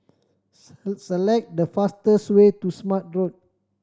select the fastest way to Smart Road